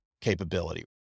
capability